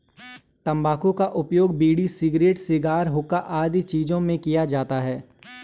तंबाकू का उपयोग बीड़ी, सिगरेट, शिगार, हुक्का आदि चीजों में किया जाता है